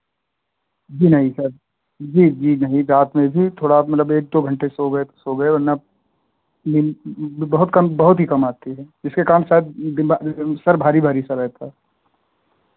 जी नहीं सर जी जी नहीं रात में भी थोड़ा मतलब एक दो घंटे सो गए तो सो गए वरना नींद बहुत कम बहुत ही कम आती है जिसके कारण शायद दिमा सर भारी भारी सा रहता है